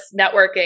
networking